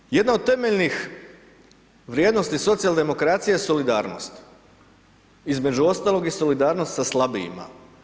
Treće, jedna od temeljnih vrijednosti socijaldemokracije, solidarnost između ostalog i solidarnost sa slabijima.